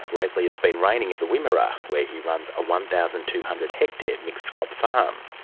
lately it's been raining in the wimmera, where he runs a one thousand two hundred hectare mixed-crop farm.